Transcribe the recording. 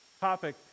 topic